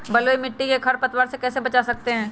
बलुई मिट्टी को खर पतवार से कैसे बच्चा सकते हैँ?